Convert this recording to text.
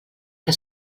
que